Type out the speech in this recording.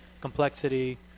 complexity